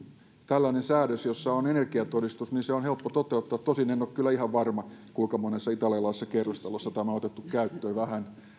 säädös jossa on energiatodistus on helppo toteuttaa tosin en ole kyllä ihan varma kuinka monessa italialaisessa kerrostalossa tämä on otettu käyttöön vähän